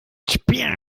spiel